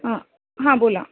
हा हा बोला